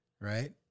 right